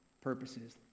purposes